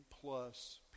plus